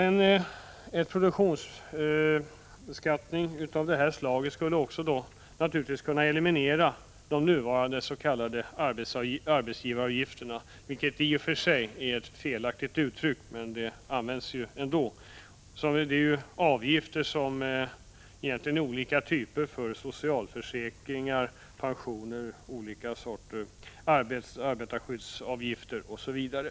En produktionsbeskattning av det här slaget skulle naturligtvis också kunna eliminera de nuvarande s.k. arbetsgivaravgifterna, vilket i och för sig är ett felaktivt uttryck, men det används ändå. Det är ju avgifter som egentligen är olika typer av socialförsäkringar, pensioner, olika sorters arbetarskyddsavgifter osv.